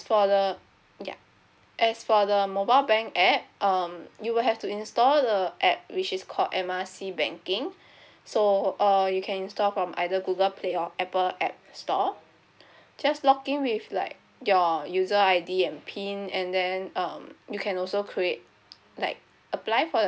for the ya as for the mobile bank app um you will have to install the app which is called M R C banking so uh you can install from either google play or apple app store just login with like your user I_D and pin and then um you can also create like apply for the